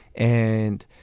and,